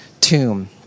tomb